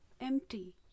empty